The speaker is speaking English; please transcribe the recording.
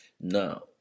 now